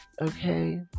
okay